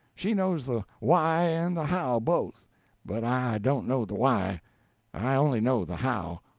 she knows the why and the how both but i don't know the why i only know the how.